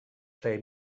play